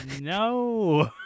No